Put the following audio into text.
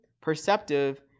perceptive